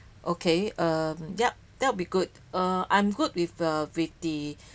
okay um yap that will be good uh I'm good with uh with the